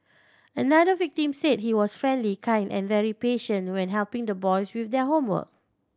another victim said he was friendly kind and very patient when helping the boys with their homework